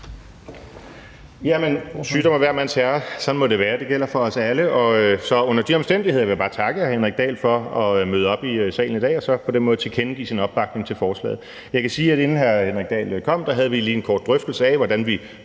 Sygdom er hver mands herre – sådan må det være. Det gælder for os alle. Under de omstændigheder vil jeg så bare takke hr. Henrik Dahl for at møde op i salen i dag og på den måde tilkendegive sin opbakning til forslaget. Jeg kan sige, at vi, inden hr. Henrik Dahl kom, lige havde en kort drøftelse af, hvordan vi